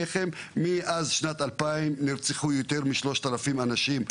מאז שנת 2,000 נרצחו יותר מ-3,000 אנשים.